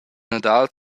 nadal